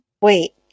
wait